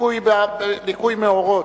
ליקוי מאורות.